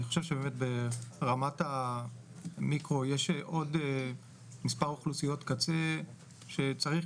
אני חושב שברמת המיקרו יש עוד מספר אוכלוסיות קצה שצריך